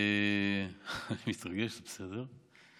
אני מתרגש קצת, בסדר.